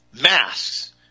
masks